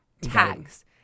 tags